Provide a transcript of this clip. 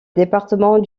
département